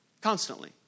Constantly